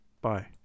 Bye